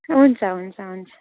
हुन्छ हुन्छ हुन्छ